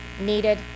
needed